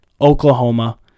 Oklahoma